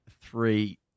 three